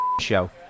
show